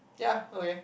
ya okay